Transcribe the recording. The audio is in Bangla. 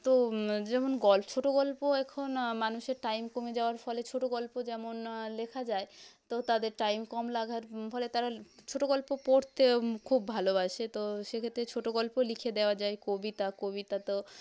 তো যেমন ছোট গল্প এখন মানুষের টাইম কমে যাওয়ার ফলে ছোট গল্প যেমন লেখা যায় তো তাদের টাইম কম লাগার ফলে তারা ছোট গল্প পড়তেও খুব ভালোবাসে তো সেক্ষেত্রে ছোট গল্প লিখে দেওয়া যায় কবিতা কবিতা তো